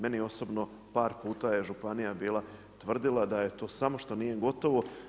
Meni osobno par puta je županija bila tvrdila da je to samo što nije gotovo.